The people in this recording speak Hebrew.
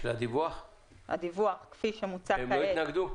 הם התנגדו,